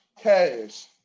cash